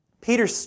Peter